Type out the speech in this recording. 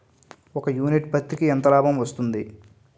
ఒక యూనిట్ పత్తికి ఎంత లాభం వస్తుంది?